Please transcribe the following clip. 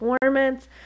performance